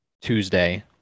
Tuesday